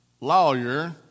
lawyer